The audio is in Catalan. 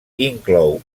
inclou